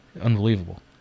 Unbelievable